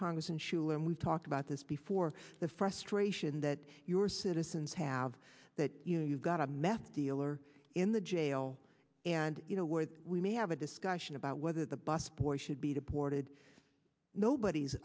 congressman shuler and we've talked about this before the frustration that your citizens have that you know you've got a meth dealer in the jail and you know where we may have a discussion about whether the bus boy should be deported nobody's